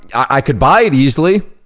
i could buy it easily,